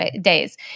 days